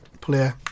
player